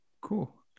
cool